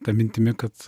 ta mintimi kad